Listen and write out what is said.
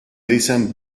dicen